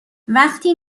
وقتی